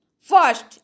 first